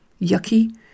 yucky